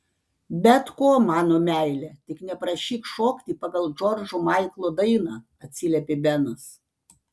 bet ko mano meile tik neprašyk šokti pagal džordžo maiklo dainą atsiliepė benas